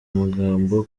amagambo